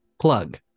plug